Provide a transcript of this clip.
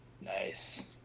Nice